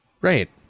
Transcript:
Right